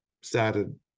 started